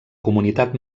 comunitat